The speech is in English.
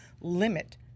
limit